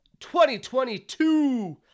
2022